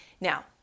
Now